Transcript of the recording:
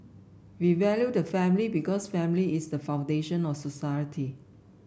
we value the family because family is the foundation of society